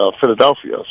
Philadelphia